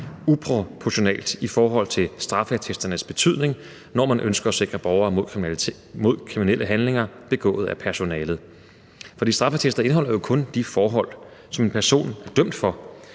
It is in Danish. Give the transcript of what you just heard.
uproportionalt i forhold til straffeattesternes betydning, når man ønsker at sikre borgerne imod kriminelle handlinger begået af personalet, for straffeattester indeholder jo kun de forhold, som en person er dømt for.